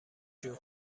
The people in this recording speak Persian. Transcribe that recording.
جون